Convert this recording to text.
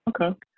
Okay